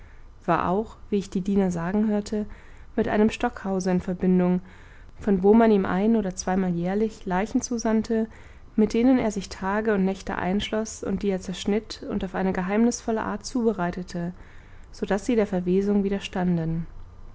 war auch wie ich die diener sagen hörte mit einem stockhause in verbindung von wo man ihm ein oder zweimal jährlich leichen zusandte mit denen er sich tage und nächte einschloß und die er zerschnitt und auf eine geheimnisvolle art zubereitete so daß sie der verwesung widerstanden